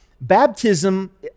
baptism